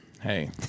Hey